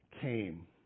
came